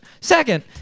second